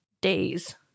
days